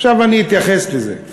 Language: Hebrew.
עכשיו אני אתייחס לזה.